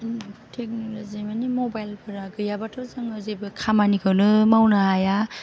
technology माने मबाइलफ्रा गैयाबाथ' जोङो जेबो खामानिखौनो मावनो हाया